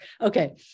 Okay